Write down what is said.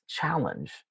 challenge